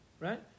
Right